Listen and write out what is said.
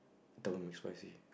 double McSpicy